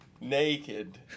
Naked